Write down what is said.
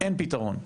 אין פתרון.